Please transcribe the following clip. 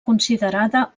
considerada